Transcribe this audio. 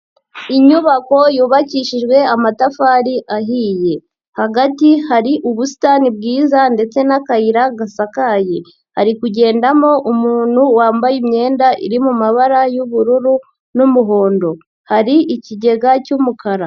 Inyubako yubakishijwe amatafari ahiye, hagati hari ubusitani bwiza ndetse n'akayira gasakaye, hari kugendamo umuntu wambaye imyenda iri mu mabara y'ubururu n'umuhondo, hari ikigega cy'umukara.